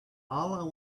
all